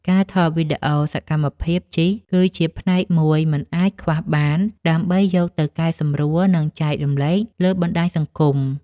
ការថតវីដេអូសកម្មភាពជិះ គឺជាផ្នែកមួយមិនអាចខ្វះបាន ដើម្បីយកទៅកែសម្រួល និងចែករំលែកលើបណ្ដាញសង្គម។